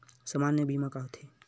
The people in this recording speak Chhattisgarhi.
सामान्य बीमा का होथे?